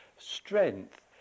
strength